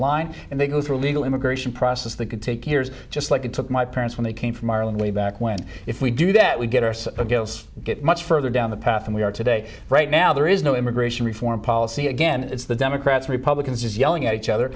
line and they go through legal immigration process that could take years just like it took my parents when they came from ireland way back when if we do that we get are so against get much further down the path and we are today right now there is no immigration reform policy again it's the democrats republicans yelling at each other